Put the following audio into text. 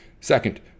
Second